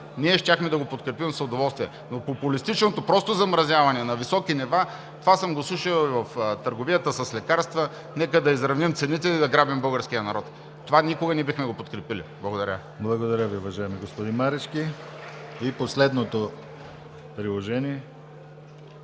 ние щяхме да го подкрепим с удоволствие. Но популистичното, просто замразяване на високи нива – това съм го слушал и в търговията с лекарства – нека да изравним цените, нека да грабим българския народ! Това никога не бихме го подкрепили! Благодаря. ПРЕДСЕДАТЕЛ ДИМИТЪР ГЛАВЧЕВ: Благодаря Ви, уважаеми господин Марешки. И последното Приложение.